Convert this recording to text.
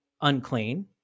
unclean